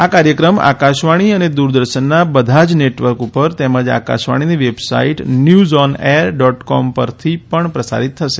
આ કાર્યક્રમ આકાશવાણી અને દૂરદર્શનના બધા જ નેટવર્ક ઉપર તેમજ આકાશવાણીની website news on air dot com પરથી પણ પ્રસારીત થશે